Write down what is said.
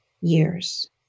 years